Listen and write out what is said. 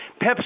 Pepsi